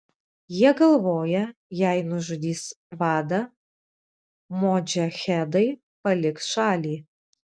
jie galvoja jei nužudys vadą modžahedai paliks šalį